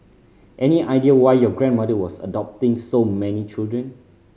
any idea why your grandmother was adopting so many children